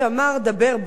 דבר דוגרי.